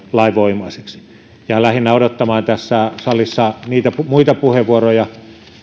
lainvoimaiseksi jään lähinnä odottamaan tässä salissa muita puheenvuoroja